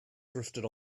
drifted